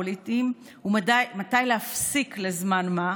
"ומתי להפסיק לזמן מה",